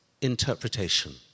interpretation